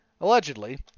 Allegedly